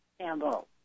Campbell